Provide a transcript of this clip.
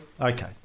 Okay